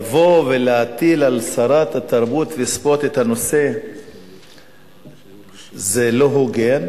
לבוא ולהטיל על שרת התרבות והספורט את הנושא זה לא הוגן,